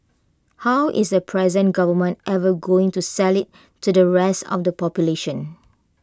how is the present government ever going to sell IT to the rest of the population